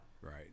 Right